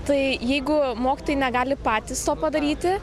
tai jeigu mokytojai negali patys to padaryti